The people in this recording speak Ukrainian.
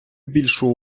більшу